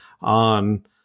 on